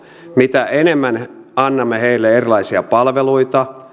mitä enemmän annamme heille erilaisia palveluita